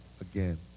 again